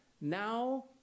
now